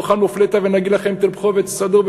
נאכל מופלטה ונגיד תרבחו ותסעדו,